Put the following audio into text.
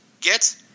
get